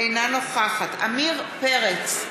אינה נוכחת עמיר פרץ,